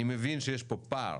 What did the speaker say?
אני מבין שיש פה פער